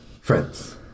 Friends